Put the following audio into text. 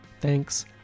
Thanks